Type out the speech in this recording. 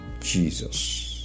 Jesus